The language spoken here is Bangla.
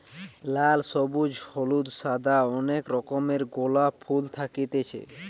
লাল, সবুজ, হলুদ, সাদা অনেক রকমের গোলাপ ফুল থাকতিছে